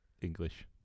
English